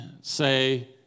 say